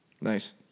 Nice